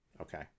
Okay